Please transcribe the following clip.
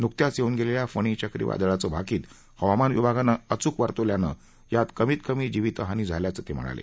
नुकत्याच येऊन गेलेल्या फणी चक्रीवादळाचं भाकित हवामान विभागानं अचूक वर्तवल्यानं यात कमीतकमी जिवितहानी झाल्याचं ते म्हणाले